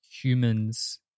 humans